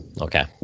okay